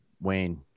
Wayne